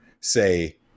say